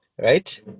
right